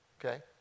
okay